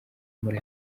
muri